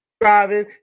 driving